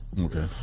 Okay